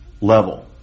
level